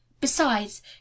Besides